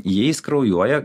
jei jis kraujuoja